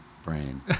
brain